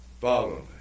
Follow